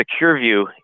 SecureView